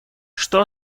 что